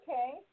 Okay